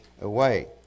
away